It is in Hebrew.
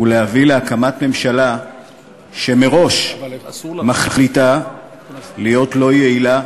ולהביא להקמת ממשלה שמראש מחליטה להיות לא יעילה,